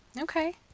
Okay